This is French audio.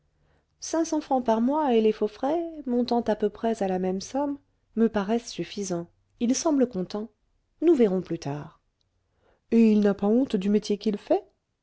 cents francs par mois et les faux frais montant à peu près à la même somme me paraissent suffisants il semble content nous verrons plus tard et il n'a pas honte du métier qu'il fait